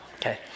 okay